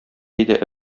әйдә